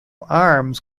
arms